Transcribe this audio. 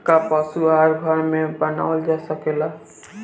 का पशु आहार घर में बनावल जा सकेला?